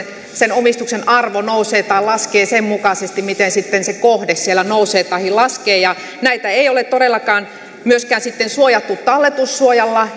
sen omistuksen arvo nousee tai laskee sen mukaisesti miten sitten se kohde nousee tahi laskee näitä ei ole todellakaan myöskään suojattu talletussuojalla